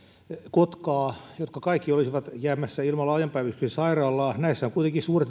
kotkaa jotka kaikki olisivat jäämässä ilman laajan päivystyksen sairaalaa näillä alueilla on kuitenkin